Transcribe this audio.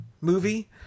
movie